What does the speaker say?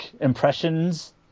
impressions